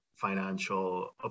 financial